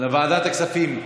לוועדת הכספים.